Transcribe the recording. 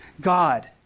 God